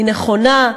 היא נכונה.